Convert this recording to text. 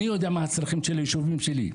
אני יודע מה הצרכים של היישובים שלי.